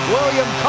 William